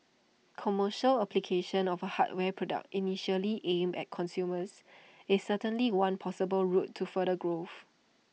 commercial application of A hardware product initially aimed at consumers is certainly one possible route to further growth